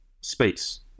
space